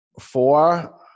Four